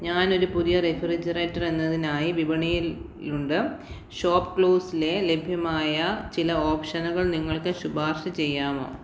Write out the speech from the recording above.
ഞാനൊരു പുതിയ റെഫ്രിജറേറ്റർ എന്നതിനായി വിപണിയിലുണ്ട് ഷോപ്പ്ക്ലൂസിലെ ലഭ്യമായ ചില ഓപ്ഷനുകൾ നിങ്ങൾക്ക് ശുപാർശ ചെയ്യാമോ